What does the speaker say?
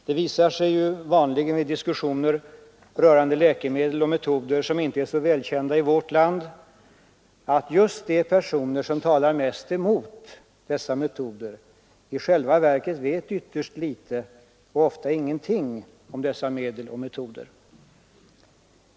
Det visar sig vanligen vid diskussioner rörande läkemedel och läkemedelsmetoder som inte är så välkända i vårt land, att just de människor som talar mest emot de här metoderna i själva verket vet ytterst litet, ofta ingenting, om dessa medel och metoder.